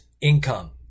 income